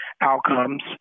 outcomes